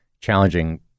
challenging